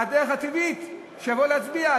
הדרך הטבעית היא שיבואו להצביע.